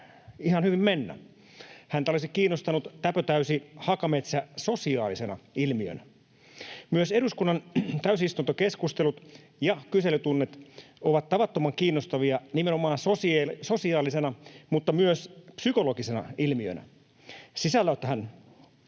ihan hyvin mennä. Häntä olisi kiinnostanut täpötäysi Hakametsä sosiaalisena ilmiönä. Myös eduskunnan täysistuntokeskustelut ja kyselytunnit ovat tavattoman kiinnostavia nimenomaan sosiaalisena mutta myös psykologisena ilmiönä. Sisällöthän